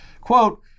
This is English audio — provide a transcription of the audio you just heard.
Quote